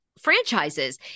franchises